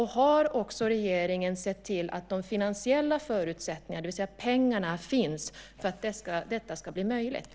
Har regeringen sett till att de finansiella förutsättningarna, det vill säga pengarna, finns för att detta ska bli möjligt?